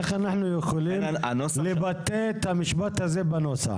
איך אנחנו יכולים לבטא את המשפט הזה בנוסח?